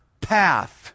path